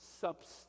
substance